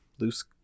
loose